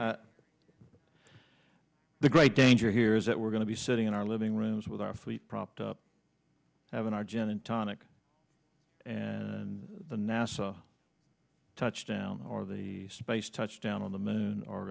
and the great danger here is that we're going to be sitting in our living rooms with our feet propped up in our gym and tonic and the nasa touchdown or the space touchdown on the moon or